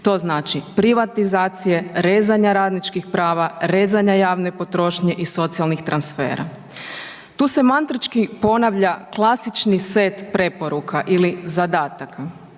To znači privatizacije, rezanja radničkih prava, rezanja javne potrošnje i socijalnih transfera. Tu se mantrički ponavlja klasični set preporuka ili zadataka,